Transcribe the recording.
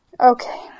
Okay